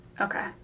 Okay